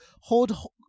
hold